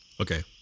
Okay